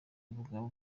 ubugabo